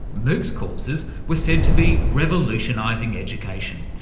moocs courses were said to be revolutionising education,